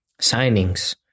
signings